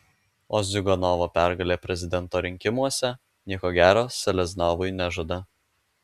o ziuganovo pergalė prezidento rinkimuose nieko gero selezniovui nežada